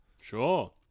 Sure